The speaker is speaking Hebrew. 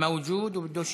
מאוג'וד, ובדוש